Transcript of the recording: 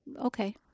Okay